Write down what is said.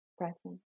present